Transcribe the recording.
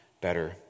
better